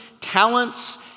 talents